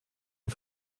und